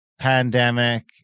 pandemic